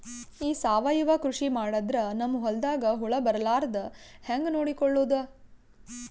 ಈ ಸಾವಯವ ಕೃಷಿ ಮಾಡದ್ರ ನಮ್ ಹೊಲ್ದಾಗ ಹುಳ ಬರಲಾರದ ಹಂಗ್ ನೋಡಿಕೊಳ್ಳುವುದ?